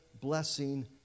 blessing